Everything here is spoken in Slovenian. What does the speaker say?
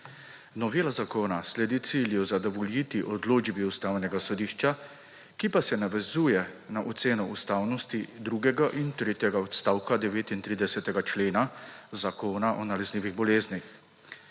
Novela zakona sledi cilju zadovoljiti odločbi Ustavnega sodišča, ki pa se navezuje na oceno ustavnosti drugega in tretjega odstavka 39. člena Zakona o nalezljivih boleznih.